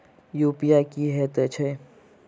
UPI की हएत छई?